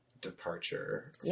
departure